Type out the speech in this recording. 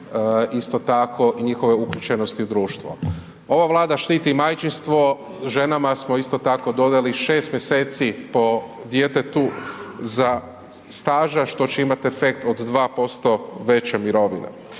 isto tako i njihove uključenosti u društvo. Ova Vlada štiti i majčinstvo, ženama smo isto tako dodali 6 mjeseci po djetetu za staža što će imati efekt od 2% veće mirovine.